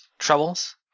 troubles